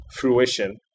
fruition